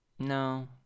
No